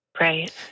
Right